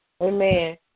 Amen